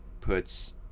puts